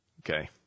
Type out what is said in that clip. okay